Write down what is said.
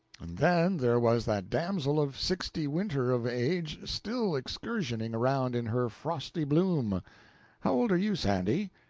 and then there was that damsel of sixty winter of age still excursioning around in her frosty bloom how old are you, sandy?